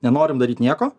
nenorim daryt nieko